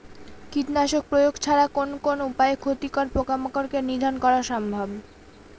কীটনাশক প্রয়োগ ছাড়া কোন কোন উপায়ে ক্ষতিকর পোকামাকড় কে নিধন করা সম্ভব?